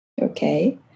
Okay